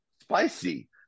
spicy